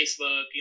Facebook